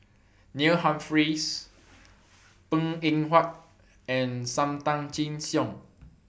Neil Humphreys Png Eng Huat and SAM Tan Chin Siong